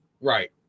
Right